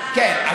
כן,